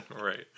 Right